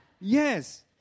Yes